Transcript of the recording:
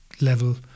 level